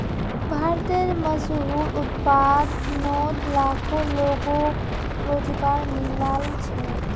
भारतेर मशहूर उत्पादनोत लाखों लोगोक रोज़गार मिलाल छे